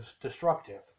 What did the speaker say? destructive